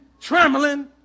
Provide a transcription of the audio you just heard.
trembling